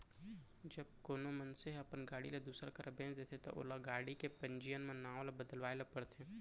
जब कोनो मनसे ह अपन गाड़ी ल दूसर करा बेंच देथे ता ओला गाड़ी के पंजीयन म नांव ल बदलवाए ल परथे